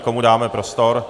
Komu dáme prostor?